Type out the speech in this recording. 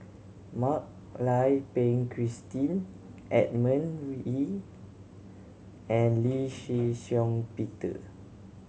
Mak Lai Peng Christine Edmund Wee and Lee Shih Shiong Peter